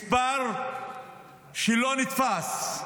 מספר שלא נתפס,